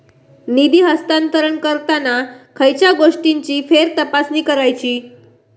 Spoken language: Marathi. निधी हस्तांतरण करताना खयच्या गोष्टींची फेरतपासणी करायची?